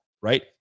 right